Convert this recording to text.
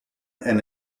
and